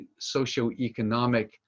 socioeconomic